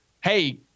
hey